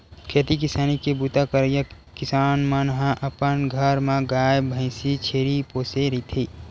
खेती किसानी के बूता करइया किसान मन ह अपन घर म गाय, भइसी, छेरी पोसे रहिथे